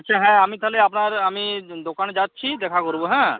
আচ্ছা হ্যাঁ আমি তাহলে আপনার আমি দোকানে যাচ্ছি দেখা করবো হ্যাঁ